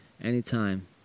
Anytime